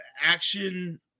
action